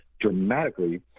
dramatically